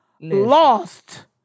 lost